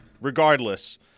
Regardless